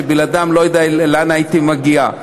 שבלעדיהם אני לא יודע לאן הייתי מגיע.